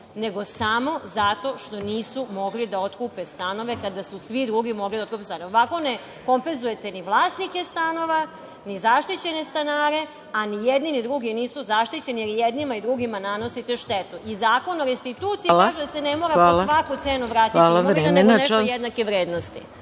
nego samo zato što nisu mogli da otkupe stanove kada su svi drugi mogli da otkupe stanove. Ovako ne kompenzujete ni vlasnike stanova, ni zaštićene stanare, a ni jedni ni drugi nisu zaštićeni jer i jednima i drugima nanosite štetu. I Zakon o restituciji kaže da se ne mora po svaku cenu vratiti, nego nešto jednake vrednosti.